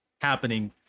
happening